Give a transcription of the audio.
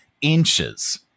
inches